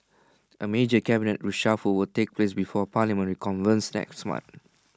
A major cabinet reshuffle will take place before parliament reconvenes next month